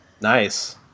Nice